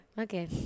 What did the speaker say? okay